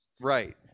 Right